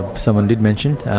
someone did mention it,